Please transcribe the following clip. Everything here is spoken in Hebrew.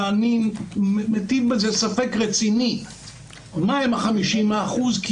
ואני מטיל בזה ספק רציני מהם 50% כי